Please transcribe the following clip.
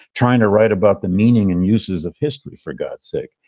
trying to write about the meaning and uses of history, for god's sake?